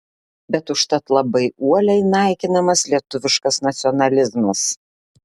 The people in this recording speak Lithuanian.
bet užtat labai uoliai naikinamas lietuviškas nacionalizmas